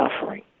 suffering